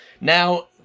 Now